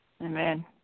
Amen